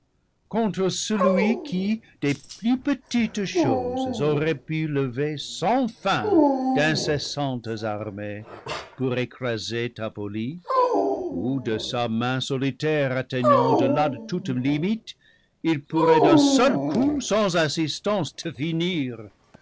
contre celui qui des plus petites choses aurait pu lever sans fin d'incessantes armées pour écraser ta folie ou de sa main solitaire atteignant au-delà de toute limite il pourrait d'un seul coup sans assistance le finir